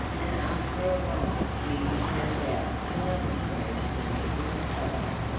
and after a while beauty found out another strange thing in the palace,